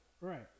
Right